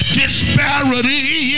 disparity